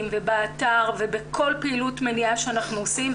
ובאתר ובכל פעילות מניעה שאנחנו עושים.